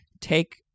Take